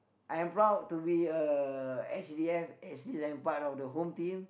I am proud to be a S_C_D_F actually like part of the Home Team